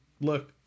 look